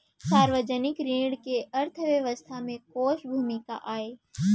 सार्वजनिक ऋण के अर्थव्यवस्था में कोस भूमिका आय?